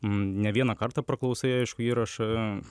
ne vieną kartą praklausai aiškų įrašą